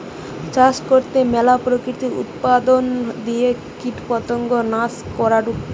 চাষ করতে ম্যালা প্রাকৃতিক উপাদান দিয়ে কীটপতঙ্গ নাশ করাঢু